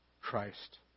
Christ